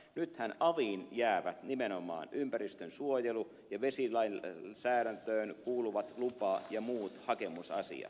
nythän aviin jäävät nimenomaan ympäristönsuojelu ja vesilainsäädäntöön kuuluvat lupa ja muut hakemusasiat